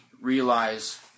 realize